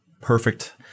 perfect